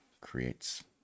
creates